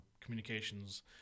communications